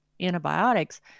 antibiotics